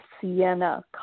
sienna